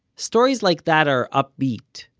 stories like that are upbeat,